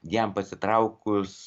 jam pasitraukus